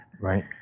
Right